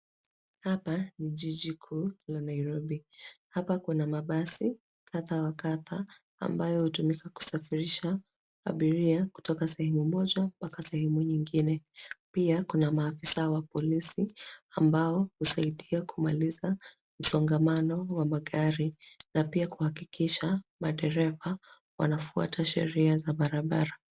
Hapa ni jiji kuu la Nairobi. Hapa kuna mabasi kadha wa kadha ambayo hutumika kusafirisha abiria kutoka sehemu moja mpaka sehemu nyingine. Pia kuna maafisa wa polisi, ambao husaidia kumaliza msongamano wa magari na pia kuhakikisha madereva wanafuata sheria za barabara.